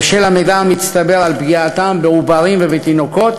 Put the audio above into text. בשל המידע המצטבר על פגיעתם בעוברים ובתינוקות,